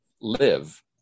live